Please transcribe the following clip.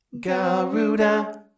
Garuda